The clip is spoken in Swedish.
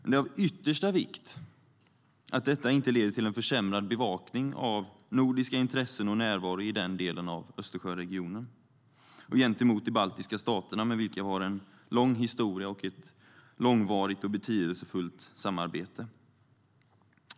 Det är av yttersta vikt att detta inte leder till en försämrad bevakning av nordiska intressen och nordisk närvaro i den delen av Östersjöregionen och gentemot de baltiska staterna, med vilka vi har en lång historia och ett långvarigt och betydelsefullt samarbete.